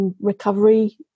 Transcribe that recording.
recovery